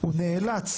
הוא נאלץ,